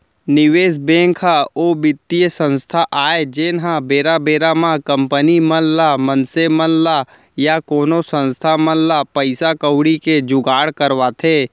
निवेस बेंक ह ओ बित्तीय संस्था आय जेनहा बेरा बेरा म कंपनी मन ल मनसे मन ल या कोनो संस्था मन ल पइसा कउड़ी के जुगाड़ करवाथे